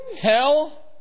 hell